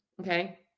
okay